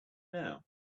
now